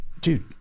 dude